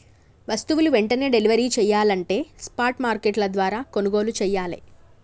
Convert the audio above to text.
వస్తువులు వెంటనే డెలివరీ చెయ్యాలంటే స్పాట్ మార్కెట్ల ద్వారా కొనుగోలు చెయ్యాలే